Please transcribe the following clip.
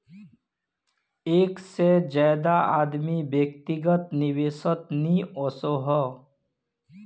एक से ज्यादा आदमी व्यक्तिगत निवेसोत नि वोसोह